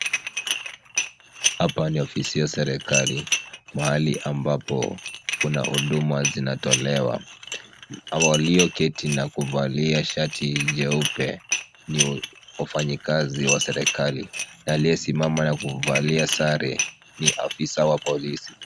Hapa ni ofisi ya serikali, mahali ambapo kuna huduma zinatolewa. Walioketi na kuvalia shati nyeupe, ni wafanyikazi wa serikali. Aliyesimama na kuvalia sare ni afisa wa polisi.